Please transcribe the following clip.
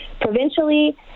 Provincially